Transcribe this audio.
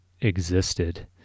existed